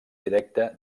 directe